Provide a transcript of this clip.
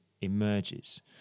emerges